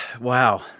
wow